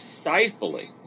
stifling